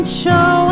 show